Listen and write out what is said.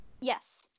Yes